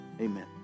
Amen